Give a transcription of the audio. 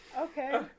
Okay